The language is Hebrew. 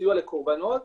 בסיוע לקורבנות,